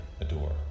adore